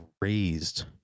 raised